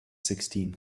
sixteen